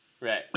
right